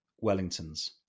Wellingtons